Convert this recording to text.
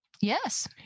yes